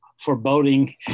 foreboding